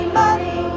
money